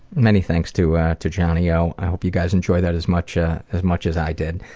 many thanks to ah to johnny o. i hope you guys enjoyed that as much ah as much as i did.